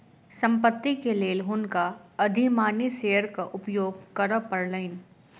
संपत्ति के लेल हुनका अधिमानी शेयरक उपयोग करय पड़लैन